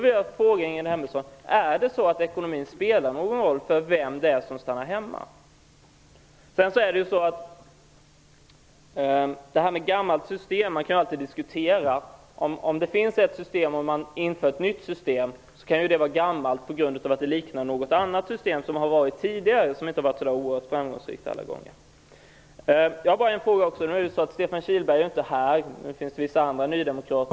Ingrid Hemmingsson säger att jag står för gamla värderingar. Det kan alltid diskuteras. När ett nytt system införs kan det vara gammalt på grund av att det liknar ett annat system, som har funnits tidigare men som inte har varit så framgångsrikt. Stefan Kihlberg är inte här, men det finns vissa andra nydemokrater...